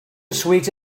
suite